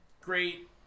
great